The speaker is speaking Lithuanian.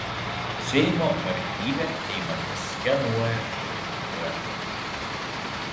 seimo archyve eimantas skenuoja ir archyvuoja nuotraukas